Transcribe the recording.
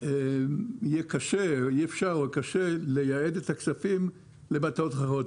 שיהיה קשה או בלתי אפשרי לייעד את הכספים למטרות אחרות.